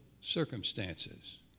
circumstances